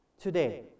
today